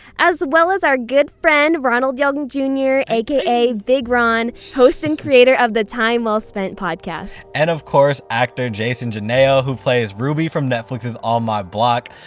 as well as our good friend ronald young junior, a k a. big ron, host and creator of the time well spent podcast. and, of course, actor jason genao who plays ruby from netflix's on my block,